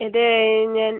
ഇതേ ഞാൻ